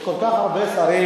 יש כל כך הרבה שרים,